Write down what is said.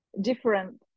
different